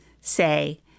Say